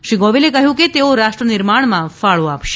શ્રી ગોવિલે કહ્યું કે તેઓ રાષ્ટ્ર નિર્માણમાં ફાળો આપશે